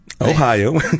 Ohio